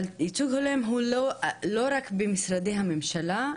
אבל ייצוג הולם הוא לא רק במשרדי הממשלה,